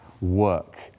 work